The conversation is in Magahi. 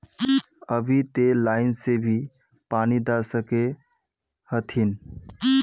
अभी ते लाइन से भी पानी दा सके हथीन?